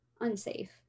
unsafe